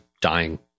dying